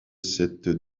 cette